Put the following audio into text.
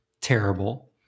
terrible